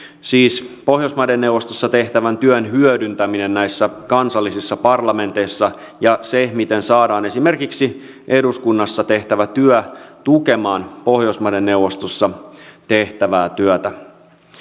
siis pohjoismaiden neuvostossa tehtävän työn hyödyntäminen näissä kansallisissa parlamenteissa ja se miten saadaan esimerkiksi eduskunnassa tehtävä työ tukemaan pohjoismaiden neuvostossa tehtävää työtä